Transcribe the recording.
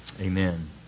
Amen